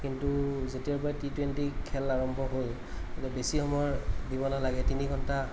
কিন্তু যেতিয়াৰ পৰাই টি টুৱেন্টি খেল আৰম্ভ হ'ল মানে বেছি সময় দিব নালাগে তিনিঘণ্টা